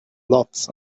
lots